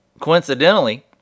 Coincidentally